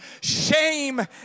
shame